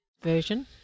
version